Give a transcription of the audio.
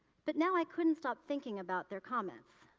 but now i couldn't stop thinking about their comments.